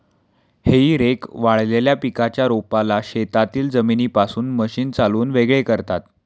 हेई रेक वाळलेल्या पिकाच्या रोपाला शेतातील जमिनीपासून मशीन चालवून वेगळे करतात